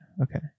Okay